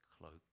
cloak